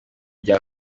bya